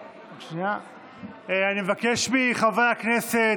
אני מבקש מחברי הכנסת,